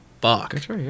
fuck